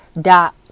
dot